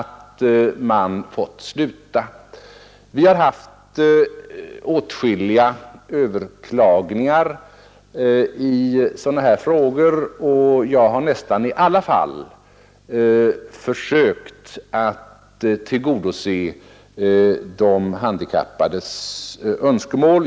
undervisningen som medför att de måste sluta. vid universiteten Vi har haft åtskilliga överklagningar i sådana här frågor, och jag har nästan i alla fall försökt att tillgodose de handikappades önskemål.